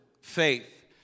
faith